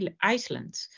Iceland